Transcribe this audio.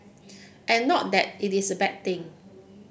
and not that it is a bad thing